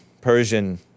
Persian